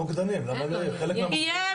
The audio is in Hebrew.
מה זאת אומרת, למה שלא יהיה?